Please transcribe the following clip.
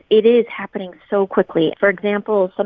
it is happening so quickly. for example, but